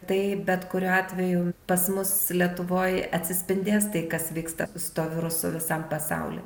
tai bet kuriuo atveju pas mus lietuvoj atsispindės tai kas vyksta su tuo virusu visam pasauly